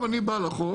עכשיו, אני בא לחוף,